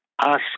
ask